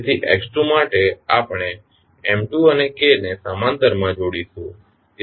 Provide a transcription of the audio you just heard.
તેથી x2 માટે આપણે M2 અને K ને સમાંતર માં જોડીશું